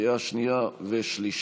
בקריאה שנייה ושלישית.